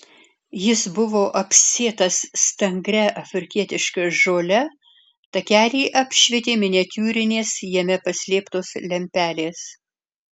jis buvo apsėtas stangria afrikietiška žole takelį apšvietė miniatiūrinės jame paslėptos lempelės